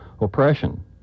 oppression